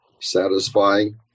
satisfying